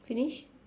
finish